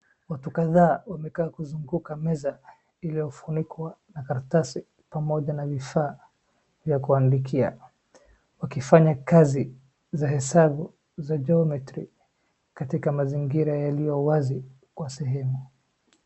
Watu kadha wamekaa kuzunguka meza iliyofunikwa na karatasi pamoja na vifaa vya kuandikia, wakifanya kazi za hesabu za geometry katika mazingira yaliyowazi kwa sehemu.